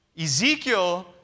Ezekiel